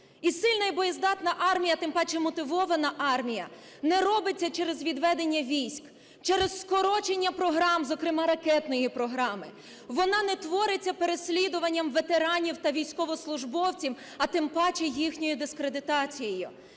І сильна і боєздатна армія, тим паче мотивована армія, не робиться через відведення військ, через скорочення програм, зокрема ракетної програми. Вона не твориться переслідуванням ветеранів та військовослужбовців, а тим паче їхньої дискредитацією.